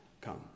come